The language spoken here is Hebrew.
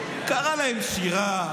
קרא להם שירה,